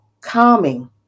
calming